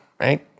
right